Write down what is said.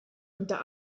unter